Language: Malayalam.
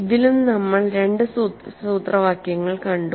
ഇതിലും നമ്മൾ രണ്ട് സൂത്രവാക്യങ്ങൾ കണ്ടു